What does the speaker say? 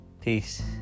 peace